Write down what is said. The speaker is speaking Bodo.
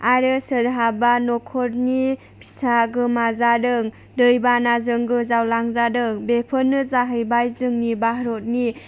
आरो सोरहाबा न'खरनि फिसा गोमाजादों दैबानाजों गोजाव लांजादों बेफोरनो जाहैबाय जोंनि भारतनि